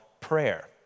prayer